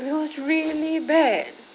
that was really bad